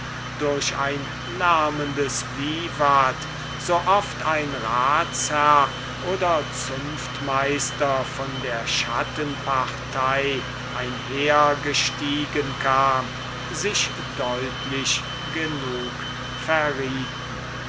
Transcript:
durch ein lärmendes vivat so oft ein ratsherr oder zunftmeister von der schattenpartei einhergestiegen kam sich deutlich genug verrieten